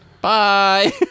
Bye